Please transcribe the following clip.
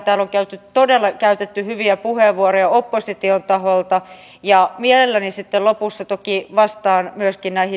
täällä on todella käytetty hyviä puheenvuoroja opposition taholta ja mielelläni sitten lopussa toki vastaan myöskin näihin